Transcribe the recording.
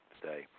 today